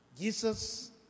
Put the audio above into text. Jesus